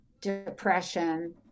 depression